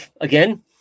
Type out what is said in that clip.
Again